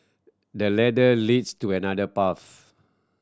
the ladder leads to another path